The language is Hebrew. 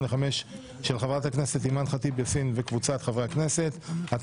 פ/2865/24 של חברת הכנסת אימאן ח'טיב יאסין וקבוצת חברי הכנסת וכן